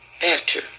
better